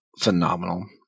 phenomenal